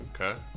Okay